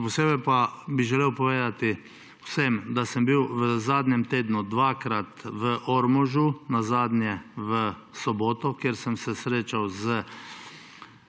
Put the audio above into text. Še posebej pa bi želel povedati vsem, da sem bil v zadnjem tednu dvakrat v Ormožu, nazadnje v soboto, kjer sem se srečal z